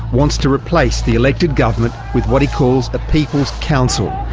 wants to replace the elected government with what he calls a people's council.